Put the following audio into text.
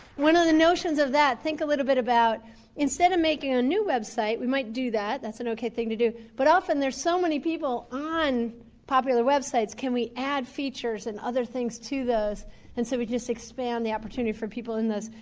of the notions of that, think a little bit about instead of making a new website we might do that, that's an okay thing to do but often there's so many people on popular websites can we add features and other things to those and so we just expand the opportunity for people in those.